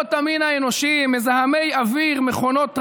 חלאות המין האנושי, מזהמי אוויר, מכונות רעל,